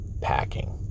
packing